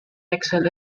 exile